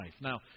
Now